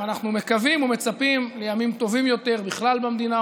אנחנו מקווים ומצפים לימים טובים יותר בכלל במדינה,